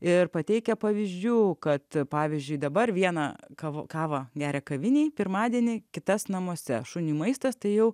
ir pateikia pavyzdžių kad pavyzdžiui dabar vieną kavą kavą geria kavinėj pirmadienį kitas namuose šuniui maistas tai jau